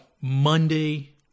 Monday